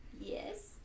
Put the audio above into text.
Yes